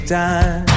time